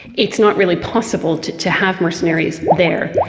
it's not really possible to to have mercenaries there.